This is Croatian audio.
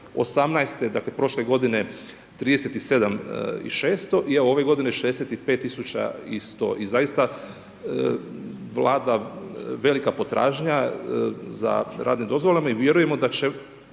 '18. dakle, prošle godine 37 i 600, i evo ove godine 65 tisuća i sto. I zaista, vlada velika potražnja za radnim dozvolama i vjerujemo da će